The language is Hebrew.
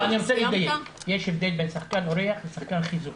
אני רוצה לדייק: יש הבדל בין שחקן אורח לשחקן חיזוק.